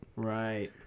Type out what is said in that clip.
Right